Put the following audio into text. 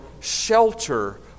shelter